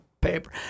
paper